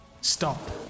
stop